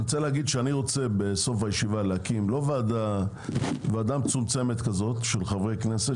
אני רוצה בסוף הישיבה להקים ועדה מצומצמת של חברי כנסת